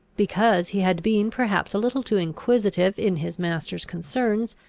because he had been perhaps a little too inquisitive in his master's concerns,